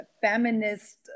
feminist